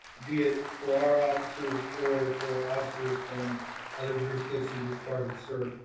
be it for our officers or for officers from other jurisdictions as part of cert.